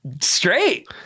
straight